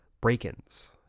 Break-ins